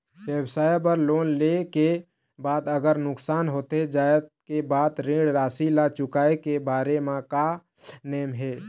व्यवसाय बर लोन ले के बाद अगर नुकसान होथे जाय के बाद ऋण राशि ला चुकाए के बारे म का नेम हे?